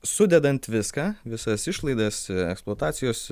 sudedant viską visas išlaidas eksploatacijos